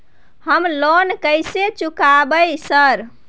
हम लोन कैसे चुकाएंगे सर?